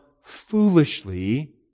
foolishly